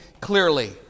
clearly